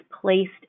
placed